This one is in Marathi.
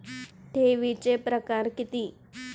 ठेवीचे प्रकार किती?